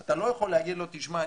אתה לא יכול להגיד לו: תשמע,